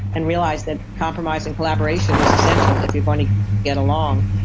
and realized that compromise and collaboration was essential if you're going to get along.